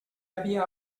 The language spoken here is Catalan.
havia